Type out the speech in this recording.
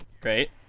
Great